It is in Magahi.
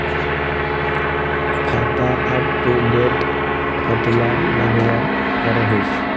खाता अपटूडेट कतला लगवार करोहीस?